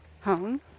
home